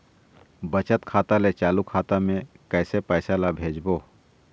बचत खाता ले चालू खाता मे कैसे पैसा ला भेजबो?